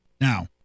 Now